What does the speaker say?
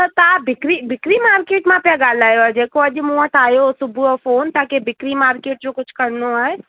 त तव्हां बिक्री बिक्री मार्केट में पिया ॻाल्हायो जेको अॼु मूं वटि आयो सुबुह जो फ़ोन तव्हांखे बिक्री मार्केट जो कुझु करिणो आहे